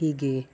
ಹೀಗೆ